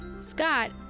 Scott